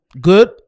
good